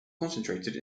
concentrated